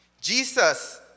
Jesus